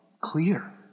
clear